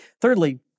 Thirdly